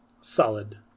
solid